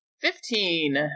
Fifteen